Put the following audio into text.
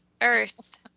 earth